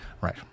Right